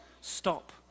Stop